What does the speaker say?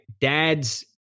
dad's